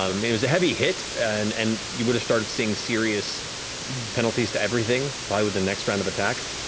um it was a heavy hit, and and you would've started seeing serious penalties to everything, probably with the next round of attacks.